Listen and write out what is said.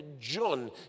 John